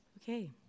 Okay